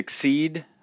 succeed